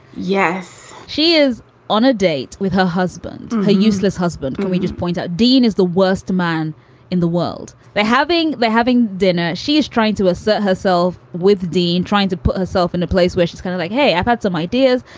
yes. she is on a date with her husband, her useless husband. can we just point out dean is the worst man in the world. they're having they're having dinner. she is trying to assert herself with dean, trying to put herself in a place where she's kind of like, hey, i've had some ideas.